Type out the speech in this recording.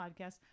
podcast